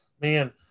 man